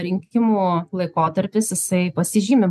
rinkimų laikotarpis jisai pasižymi